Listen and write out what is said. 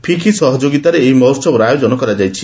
ଫିକି ସହଯୋଗିତାରେ ଏହି ମହୋହବର ଆୟୋଜନ କରାଯାଇଛି